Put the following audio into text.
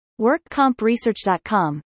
WorkCompResearch.com